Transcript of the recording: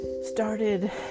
Started